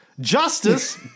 Justice